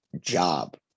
job